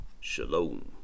Shalom